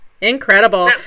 Incredible